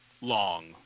long